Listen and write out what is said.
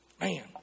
Man